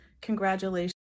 Congratulations